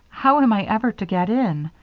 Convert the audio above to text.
how am i ever to get in?